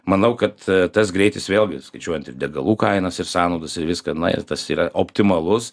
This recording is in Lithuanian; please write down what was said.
manau kad tas greitis vėlgi skaičiuojant ir degalų kainas ir sąnaudas ir viską na ir tas yra optimalus